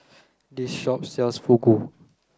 this shop sells Fugu